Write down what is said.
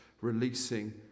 releasing